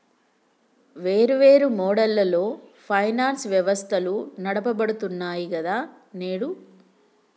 వేర్వేరు మోడళ్లలో ఫైనాన్స్ వ్యవస్థలు నడపబడుతున్నాయి గదా నేడు